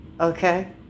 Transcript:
Okay